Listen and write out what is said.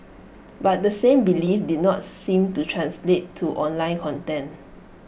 but the same belief did not seem to translate to online content